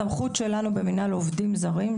הסמכות שלנו במנהל העובדים הזרים,